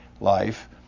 life